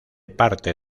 parte